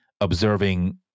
observing